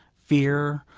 fear,